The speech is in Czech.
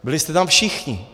Byli jste tam všichni.